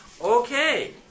Okay